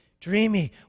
dreamy